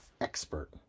expert